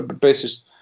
basis